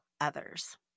others